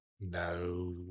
No